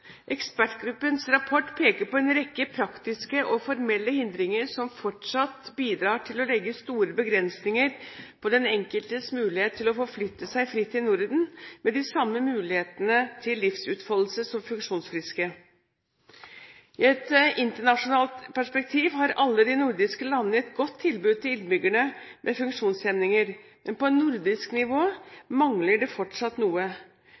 Ekspertgruppens rapport peker på en rekke praktiske og formelle hindringer som fortsatt bidrar til å legge store begrensninger på den enkeltes muligheter til å forflytte seg fritt i Norden, med samme muligheter til livsutfoldelse som funksjonsfriske. I et internasjonalt perspektiv har alle de nordiske landene et godt tilbud til innbyggerne med funksjonshemninger, men på nordisk nivå mangler det fortsatt noe.